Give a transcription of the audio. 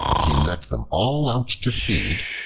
he led them all out to feed,